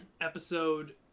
Episode